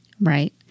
Right